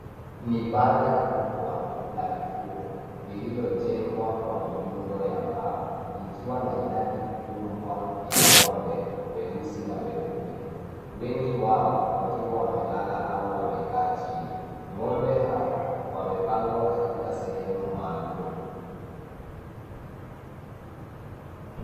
Ni banda kubwa la mifugo, lililojengwa kwa miundo ya mbao, likiwa na idadi kubwa ya ng'ombe weusi na weupe. Wengi wao wakiwa wamelala au wamekaa chini. Ng'ombe hao wamepangwa katika sehemu maalum.